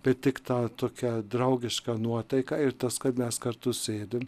bet tik ta tokia draugiška nuotaika ir tas kad mes kartu sėdim